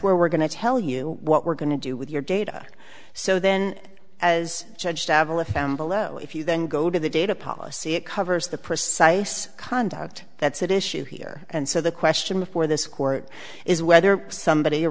where we're going to tell you what we're going to do with your data so then as judge cavalia found below if you then go to the data policy it covers the precise conduct that's at issue here and so the question before this court is whether somebody a